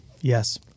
yes